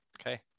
Okay